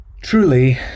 Truly